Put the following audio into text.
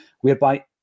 whereby